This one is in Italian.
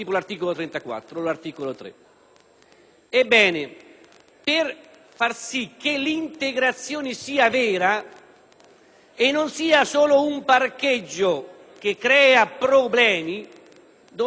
Per fare in modo che l'integrazione sia vera e non sia solo un parcheggio che crea problemi, dobbiamo far sì che gli studenti